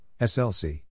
SLC